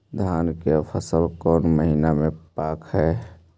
धान के फसल कौन महिना मे पक हैं?